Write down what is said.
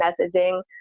messaging